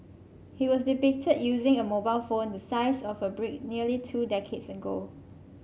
he was depicted using a mobile phone the size of a brick nearly two decades ago